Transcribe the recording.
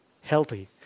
healthy